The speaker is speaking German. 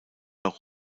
noch